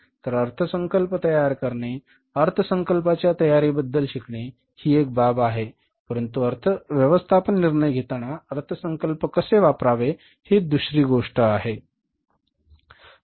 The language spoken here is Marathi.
तर अर्थसंकल्प तयार करणे अर्थसंकल्पाच्या तयारीबद्दल शिकणे ही एक बाब आहे परंतु व्यवस्थापन निर्णय घेताना अर्थसंकल्प कसे वापरावे ही दुसरी गोष्ट आहे बरोबर